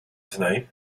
tonight